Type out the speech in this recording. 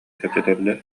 кэпсэтэллэр